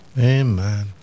Amen